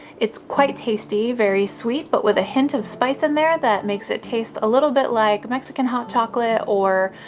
it's quite tasty, very sweet but with a hint of spice in there that makes it taste a little bit like mexican hot chocolate or,